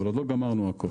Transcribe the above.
עוד לא סיימנו הכול